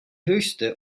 höchste